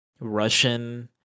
Russian